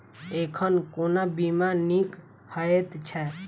एखन कोना बीमा नीक हएत छै?